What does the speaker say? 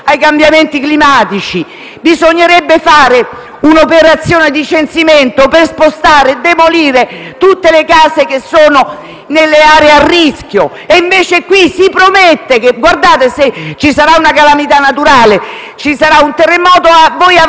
ai cambiamenti climatici. Bisognerebbe fare un'operazione di censimento per spostare e demolire tutte le case che sono nelle aree a rischio, e invece qui si promette che in caso di calamità naturale, terremoto, voi avrete